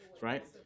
right